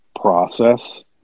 process